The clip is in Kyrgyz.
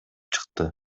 чыкты